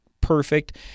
perfect